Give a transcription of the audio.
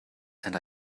and